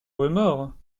remords